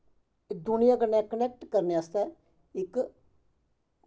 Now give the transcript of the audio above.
दुनियां कन्नै कनैक्ट करनै आस्तै इक